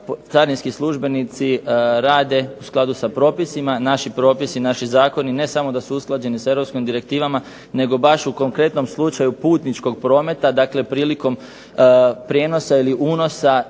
carinski službenici rade u skladu sa propisima. Naši propisi, naši zakoni, ne samo da su usklađeni sa europskim direktivama nego baš u konkretnom slučaju putničkog prometa, dakle prilikom prijenosa ili unosa tzv.